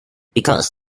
because